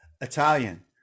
italian